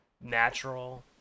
natural